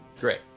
Great